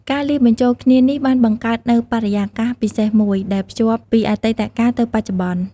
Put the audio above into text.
ការលាយបញ្ចូលគ្នានេះបានបង្កើតនូវបរិយាកាសពិសេសមួយ ដែលភ្ជាប់ពីអតីតកាលទៅបច្ចុប្បន្ន។